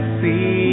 see